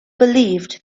believed